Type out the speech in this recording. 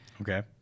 Okay